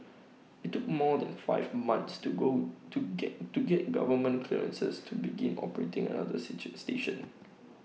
IT took more than five months to go to get to get government clearances to begin operating another station